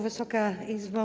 Wysoka Izbo!